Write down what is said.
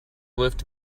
lift